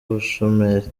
ubushomeri